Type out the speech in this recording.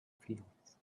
fields